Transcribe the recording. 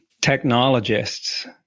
technologists